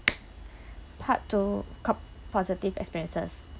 part two cup~ positive experiences